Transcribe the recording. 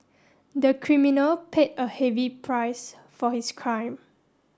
the criminal paid a heavy price for his crime